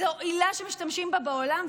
זו עילה שמשתמשים בה בעולם,